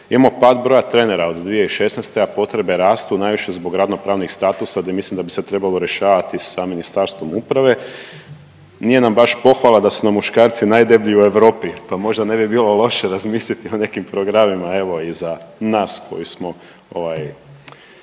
Imamo pad broja trenera od 2016., a potrebe rastu najviše zbog radno pravnih statusa gdje mislim da bi se trebalo rješavati sa Ministarstvom uprave. Nije nam baš pohvala da su nam muškarci najdeblji u Europi pa možda ne bi bilo loše razmisliti o nekim programima evo i za nas koji smo